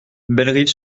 bellerive